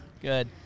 Good